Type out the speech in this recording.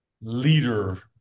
leader